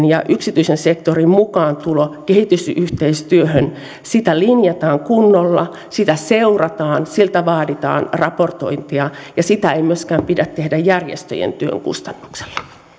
ja yksityisen sektorin mukaantuloa kehitysyhteistyöhön linjataan kunnolla sitä seurataan siltä vaaditaan raportointia ja sitä ei myöskään tehdä järjestöjen työn kustannuksella